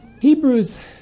Hebrews